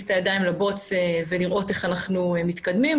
את הידיים לבוץ ולראות איך אנחנו מתקדמים.